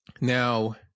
Now